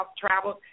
travel